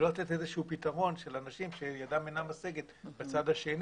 ולא לתת איזשהו פתרון לאנשים שידם אינה משגת בצד השני.